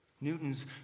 Newton's